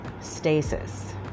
stasis